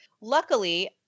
Luckily